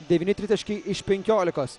devyni tritaškiai iš penkiolikos